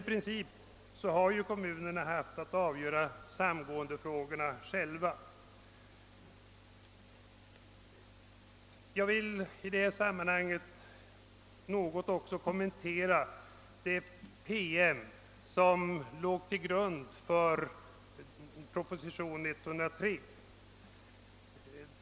I princip har kommunerna emellertid själva haft att avgöra samgåendefrågorna. Jag vill i detta sammanhang något kommentera den PM som låg till grund för propositionen 103.